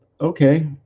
okay